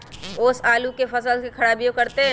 ओस आलू के फसल के खराबियों करतै?